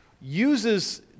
uses